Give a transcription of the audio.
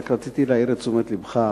רק רציתי להעיר את תשומת לבך,